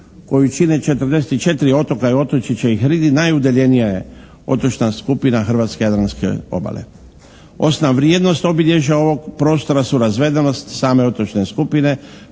koju čine 44 otoka i otočića i hridi najudaljenija je otočna skupina hrvatske jadranske obale. Osnovna vrijednost obilježja ovog prostora su razvedenost same otočne skupine,